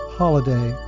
holiday